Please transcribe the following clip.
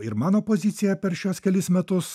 ir mano pozicija per šiuos kelis metus